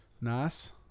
Nice